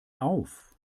auf